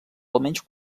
almenys